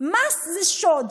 מס זה שוד,